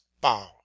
bow